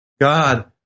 God